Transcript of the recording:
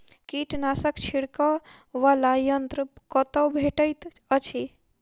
कीटनाशक छिड़कअ वला यन्त्र कतौ भेटैत अछि?